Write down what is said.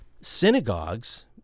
Synagogues